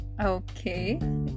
Okay